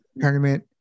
tournament